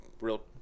real